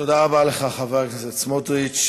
תודה רבה לך, חבר הכנסת סמוטריץ.